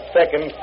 second